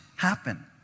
happen